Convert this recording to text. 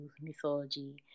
mythology